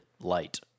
light